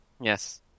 Yes